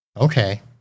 okay